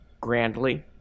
grandly